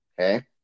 okay